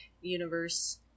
universe